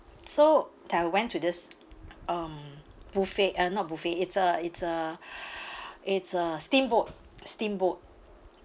so that I went to this um buffet uh not buffet it's a it's a it's a steamboat steamboat